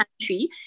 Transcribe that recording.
country